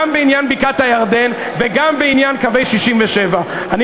גם בעניין בקעת-הירדן וגם בעניין קווי 67'. אני